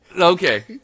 Okay